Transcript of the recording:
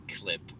clip